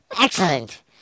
Excellent